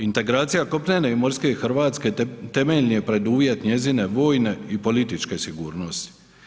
Integracija kopnene i morske Hrvatske temeljni je preduvjet njezine vojne i političke sigurnosti.